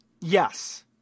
Yes